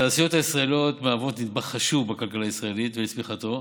התעשיות הישראליות מהוות נדבך חשוב בכלכלה הישראלית ובצמיחתה.